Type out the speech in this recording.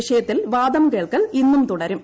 വിഷയത്തിൽ വാദം കേൾക്കൽ ഇന്നും തുടരും